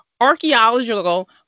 archaeological